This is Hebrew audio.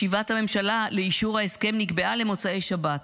ישיבת הממשלה לאישור ההסכם נקבעה למוצאי שבת,